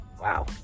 Wow